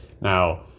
Now